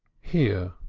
hear,